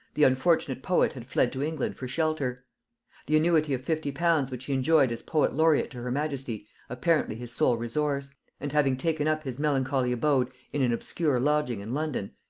the unfortunate poet had fled to england for shelter the annuity of fifty pounds which he enjoyed as poet-laureat to her majesty apparently his sole resource and having taken up his melancholy abode in an obscure lodging in london,